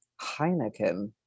heineken